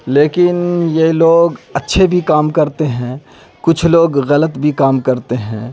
لیکن یہ لوگ اچھے بھی کام کرتے ہیں کچھ لوگ غلط بھی کام کرتے ہیں